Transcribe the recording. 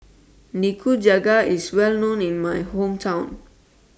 Nikujaga IS Well known in My Hometown